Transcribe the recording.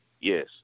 Yes